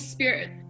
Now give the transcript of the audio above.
Spirit